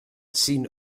seen